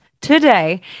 today